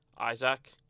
Isaac